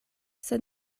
sed